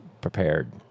prepared